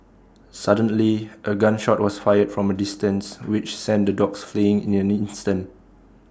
suddenly A gun shot was fired from A distance which sent the dogs fleeing in an instant